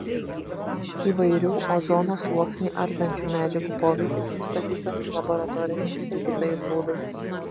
įvairių ozono sluoksnį ardančių medžiagų poveikis nustatytas laboratoriniais ir kitais būdais